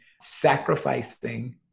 sacrificing